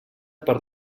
per